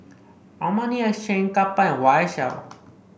Armani Exchange Kappa and Y S L